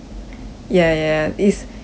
ya ya ya is ya